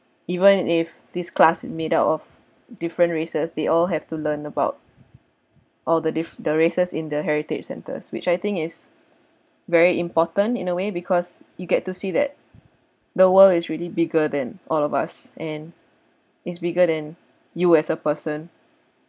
even if this class is made up of different races they all have to learn about all the diff~ the races in the heritage centres which I think is very important in a way because you get to see that the world is really bigger than all of us and it's bigger than you as a person